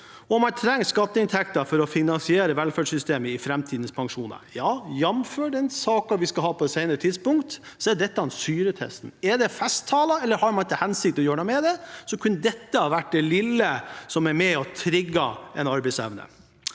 og man trenger skatteinntekter for å finansiere velferdssystemet og framtidens pensjoner. Jamfør den saken vi skal ha på et senere tidspunkt, er dette syretesten. Er det festtaler, eller har man til hensikt å gjøre noe med det? Dette kunne vært det lille som er med på å trigge en arbeidsevne.